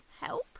Help